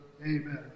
Amen